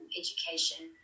education